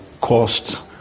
cost